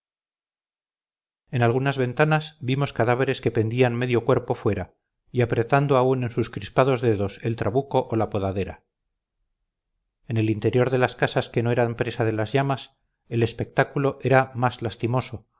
en algunas ventanas vimos cadáveres que pendían medio cuerpo fuera y apretando aún en sus crispados dedos el trabuco o la podadera en el interior de las casas que no eran presa de las llamas el espectáculo era más lastimoso